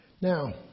Now